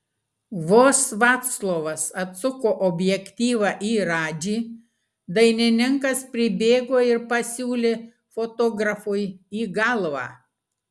vos vaclovas atsuko objektyvą į radžį dainininkas pribėgo ir pasiūlė fotografui į galvą